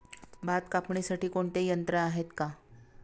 भात कापणीसाठी कोणते यंत्र आहेत का?